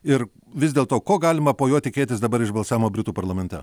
ir vis dėl to ko galima po jo tikėtis dabar iš balsavimo britų parlamente